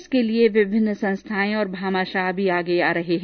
इसके लिए विभिन्न संस्थाएं और भामाशाह भी आगे आ रहे है